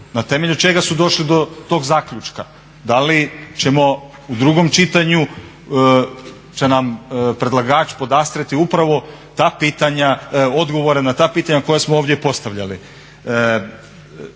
Na temelju čega su došli do tog zaključka, da li ćemo u drugom čitanju će nam predlagač podastrijeti upravo ta pitanja, odgovore na ta pitanja koja smo ovdje postavljali?